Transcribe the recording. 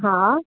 हा